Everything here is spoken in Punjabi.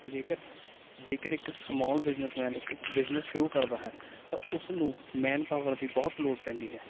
ਜੇਕਰ ਜੇਕਰ ਇੱਕ ਸਮੋਲ ਬਿਜ਼ਨਸਮੈਨ ਇੱਕ ਬਿਜ਼ਨਸ ਸ਼ੁਰੂ ਕਰਦਾ ਹੈ ਤਾਂ ਉਸ ਨੂੰ ਮੈਨ ਪਾਵਰ ਦੀ ਬਹੁਤ ਲੋੜ ਪੈਂਦੀ ਹੈ